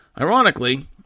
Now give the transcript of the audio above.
Ironically